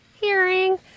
hearing